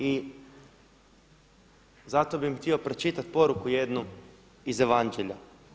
I zato bi im htio pročitati poruku jednu iz Evanđelja.